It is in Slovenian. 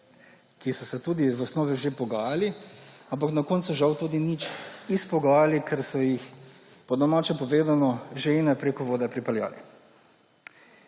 ki so se tudi v osnovi že pogajali, ampak na koncu žal tudi nič izpogajali, ker so jih, po domače povedano, žejne pripeljali